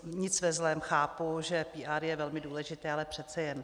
Nic ve zlém, chápu, že PR je velmi důležité, ale přece jen.